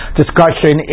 discussion